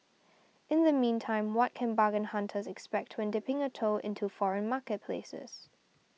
in the meantime what can bargain hunters expect when dipping a toe into foreign marketplaces